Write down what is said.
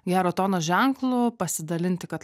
gero tono ženklu pasidalinti kad